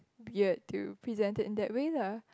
weird to present it in that way lah